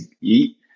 eat